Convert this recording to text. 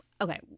Okay